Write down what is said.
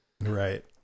right